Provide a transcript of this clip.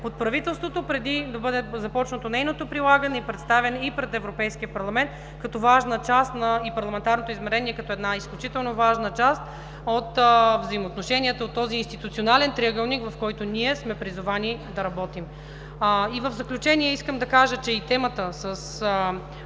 от правителството преди да бъде започнато нейното прилагане и представяне и пред Европейския парламент и парламентарното измерение като една изключително важна част от взаимоотношенията, от този институционален триъгълник, в който ние сме призовани да работим. И в заключение искам да кажа, че и темата с